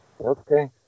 Okay